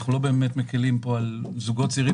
אנחנו לא באמת מקלים על זוגות צעירים,